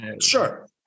Sure